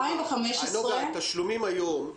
התשלומים היום,